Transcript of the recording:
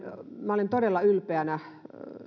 minä olen todella ylpeänä